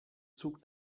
zug